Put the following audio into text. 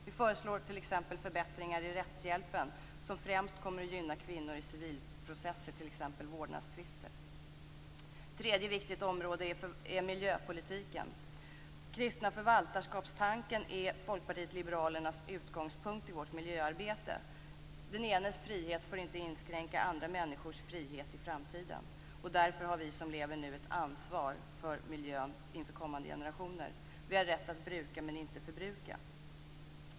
Vi föreslår t.ex. förbättringar i rättshjälpen, som främst kommer att gynna kvinnor i civilprocesser, t.ex. Ett tredje viktigt område är miljöpolitiken. Den kristna förvaltarskapstanken är Folkpartiet liberalernas utgångspunkt i miljöarbetet. Den enes frihet får inte inskränka andra människors frihet i framtiden. Därför har vi som lever nu ett ansvar för miljön inför kommande generationer. Vi har rätt att bruka men inte förbruka.